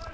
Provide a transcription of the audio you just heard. lah